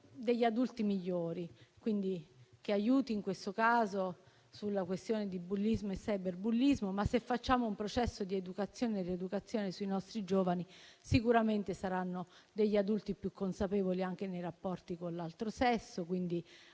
degli adulti migliori, quindi che aiuti in questo caso sulla questione di bullismo e cyberbullismo, ma se facciamo un processo di educazione e rieducazione sui nostri giovani sicuramente saranno adulti più consapevoli, anche nei rapporti con l'altro sesso. Quindi,